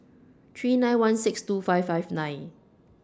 three nine one six two five five nine